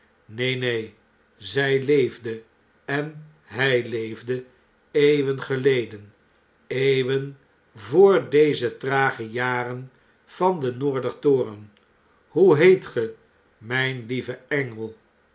neen neen zg leefde en hij leefde eeuwen geleden eeuwen voor deze trage jaren van den noorder toren hoe heet ge mgn lieve engel